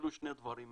ישקלו שני דברים,